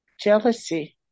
Jealousy